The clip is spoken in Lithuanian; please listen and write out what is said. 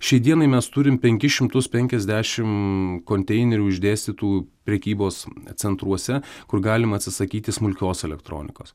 šiai dienai mes turim penkis šimtus penkiasdešim konteinerių išdėstytų prekybos centruose kur galima atsisakyti smulkios elektronikos